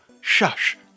Shush